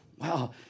wow